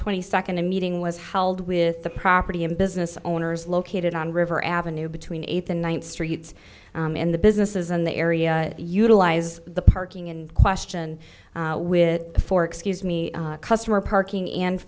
twenty second a meeting was held with the property and business owners located on river avenue between eighth and ninth streets in the businesses in the area utilize the parking in question with four excuse me customer parking and